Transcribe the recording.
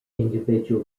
individual